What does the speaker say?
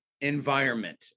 environment